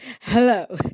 Hello